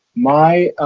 my